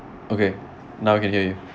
okay now I can hear you